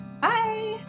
bye